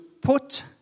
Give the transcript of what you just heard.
put